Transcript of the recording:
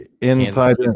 inside